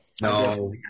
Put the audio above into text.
No